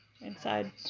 Inside